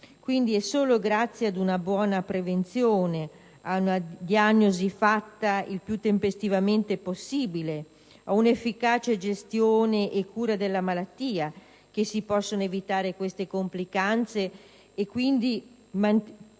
Quindi, è solo grazie ad una buona prevenzione, alla diagnosi fatta il più tempestivamente possibile, ad un'efficace gestione e cura della malattia che si possono evitare tali complicanze e quindi la